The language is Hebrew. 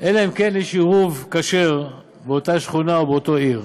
אלא אם כן יש עירוב כשר באותה שכונה או באותה עיר.